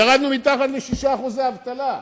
ירדנו מתחת ל-6% אבטלה.